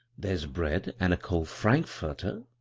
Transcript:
there's bread an' a cold frank furter,